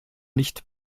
nicht